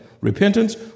repentance